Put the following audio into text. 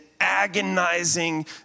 agonizing